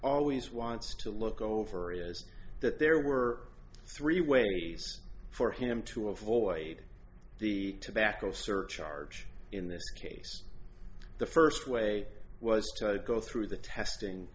always wants to look over is that there were three ways for him to avoid the tobacco surcharge in this case the first way was to go through the